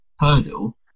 hurdle